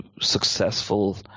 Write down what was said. successful